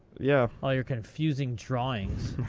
yeah. all your confusing drawings.